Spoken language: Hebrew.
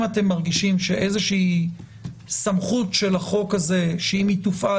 אם אתה מרגישים שאיזושהי סמכות של החוק הזה שאם היא תופעל,